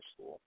school